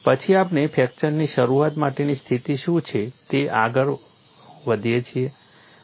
પછી આપણે ફ્રેક્ચરની શરૂઆત માટેની સ્થિતિ શું છે તે તરફ આગળ વધીએ છીએ